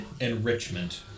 Enrichment